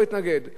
מה אנחנו מקבלים?